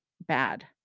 bad